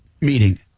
meeting